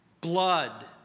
Blood